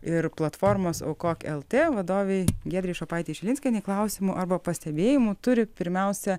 ir platformos aukok lt vadovei giedrei šopaitei šilinskienei klausimų arba pastebėjimų turi pirmiausia